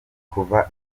kuva